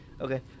Okay